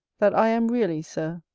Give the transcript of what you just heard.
that i am really, sir,